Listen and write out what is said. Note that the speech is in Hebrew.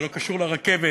זה לא קשור לרכבת,